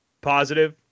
positive